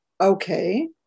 Okay